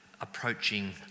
approaching